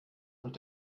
und